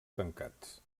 tancats